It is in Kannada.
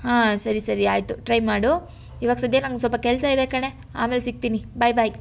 ಹಾಂ ಸರಿ ಸರಿ ಆಯಿತು ಟ್ರೈ ಮಾಡು ಇವಾಗ ಸದ್ಯ ನನಗ್ ಸ್ವಲ್ಪ ಕೆಲಸ ಇದೆ ಕಣೇ ಆಮೇಲೆ ಸಿಗ್ತೀನಿ ಬಾಯ್ ಬಾಯ್